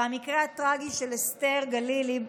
ומהמקרה הטרגי של אסתר גלילי,